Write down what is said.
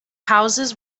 houses